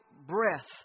breath